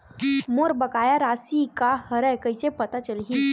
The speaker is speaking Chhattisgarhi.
मोर बकाया राशि का हरय कइसे पता चलहि?